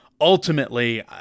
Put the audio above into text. Ultimately